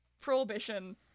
prohibition